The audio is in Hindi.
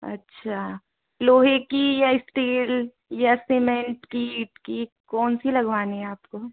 अच्छा लोहे की या स्टील या सीमेंट की ईंट की कौन सी लगवानी है आपको